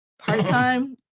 part-time